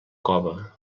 cova